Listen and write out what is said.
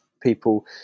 People